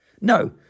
No